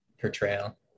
portrayal